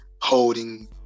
holding